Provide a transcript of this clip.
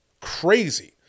Crazy